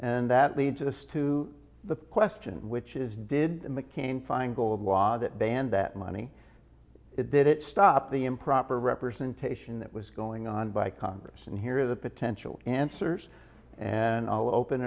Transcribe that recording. and that leads us to the question which is did the mccain feingold law that banned that money it did it stop the improper representation that was going on by congress and here are the potential answers and open